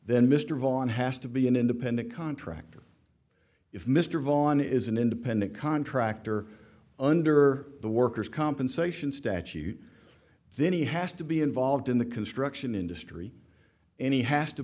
then mr vaughan has to be an independent contractor if mr vaughan is an independent contractor under the workers compensation statute then he has to be involved in the construction industry any has to